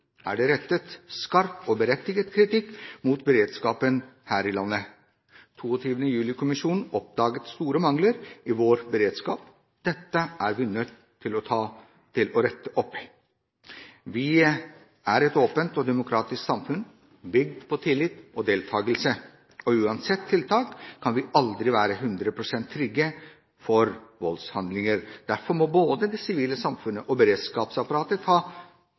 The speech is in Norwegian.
er det rettet skarp og berettiget kritikk mot beredskapen her i landet. 22. juli-kommisjonen oppdaget store mangler i vår beredskap. Dette er vi nødt til å rette opp i. Vi er et åpent og demokratisk samfunn, bygd på tillit og deltagelse. Uansett tiltak kan vi aldri være 100 pst. trygge for voldshandlinger. Derfor må både det sivile samfunnet og beredskapsapparatet ta